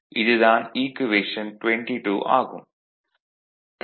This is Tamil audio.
இது தான் ஈக்குவேஷன் 22 ஆகும்